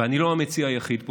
ואני לא המציע היחיד פה.